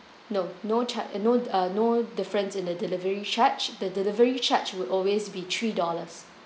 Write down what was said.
no no charge no uh no difference in the delivery charge the delivery charge would always be three dollars